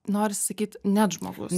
noris sakyt net žmogus